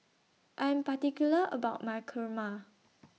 I Am particular about My Kurma